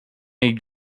made